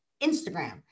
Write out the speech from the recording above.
Instagram